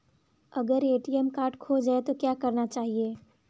अगर ATM card खो जाए तो क्या करना चाहिए?